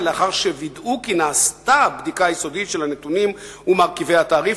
לאחר שווידאו כי נעשתה בדיקה יסודית של הנתונים ומרכיבי התעריף